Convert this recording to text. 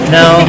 no